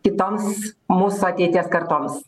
kitoms mūsų ateities kartoms